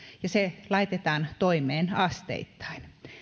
ja se laitetaan toimeen asteittain